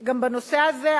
גם בנושא הזה,